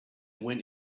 went